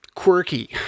Quirky